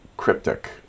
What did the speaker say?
cryptic